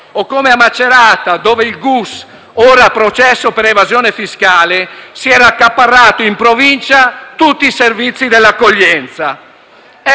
o come a Macerata, dove il GUS, ora a processo per evasione fiscale, si era accaparrato in Provincia tutti i servizi dell'accoglienza.